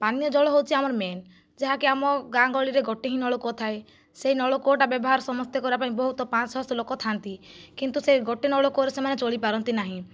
ପାନୀୟ ଜଳ ହେଉଛି ଆମର ମେନ୍ ଯାହାକି ଆମ ଗାଁ ଗହଳିରେ ଗୋଟିଏ ହିଁ ନଳକୂଅ ଥାଏ ସେହି ନଳକୂଅଟା ବ୍ୟବହାର ସମସ୍ତେ କରିବା ପାଇଁ ବହୁତ ପାଞ୍ଚଶହ ଛଅଶହ ଲୋକ ଥାନ୍ତି କିନ୍ତୁ ସେ ଗୋଟିଏ ନଳକୂଅରେ ସେମାନେ ଚଳିପାରନ୍ତି ନାହିଁ